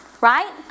right